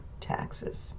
taxes